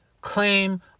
claim